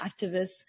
activists